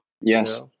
Yes